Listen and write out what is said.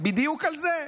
בדיוק על זה,